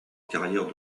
carrière